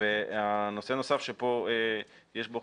נושא נוסף שיש בו